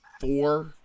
four